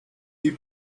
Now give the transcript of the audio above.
you